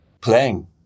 playing